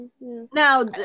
now